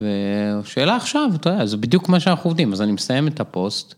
ו.. השאלה עכשיו, אתה יודע, זה בדיוק מה שאנחנו עובדים, אז אני מסיים את הפוסט.